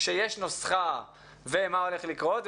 שיש נוסחה ואמרתם מה הולך לקרות,